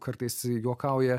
kartais juokauja